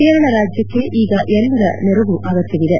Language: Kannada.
ಕೇರಳ ರಾಜ್ಲಕ್ಷೆ ಈಗ ಎಲ್ಲರ ನೆರವು ಅಗತ್ನವಿದೆ